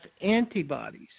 antibodies